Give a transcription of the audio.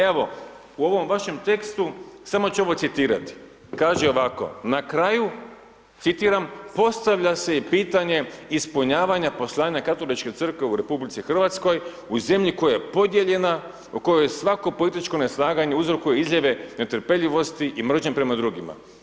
Evo, u ovom vašem tekstu, samo ću ovo citirati, kaže ovako na kraju, citiram: „Postavlja se i pitanje ispunjavanja poslanja Katoličke crkve u RH, u zemlji koja je podijeljena, u kojoj svako političko neslaganje uzrokuje izljeve netrpeljivosti i mržnje prema drugima.